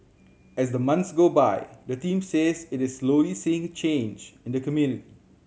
as the months go by the team says it is slowly seeing change in the community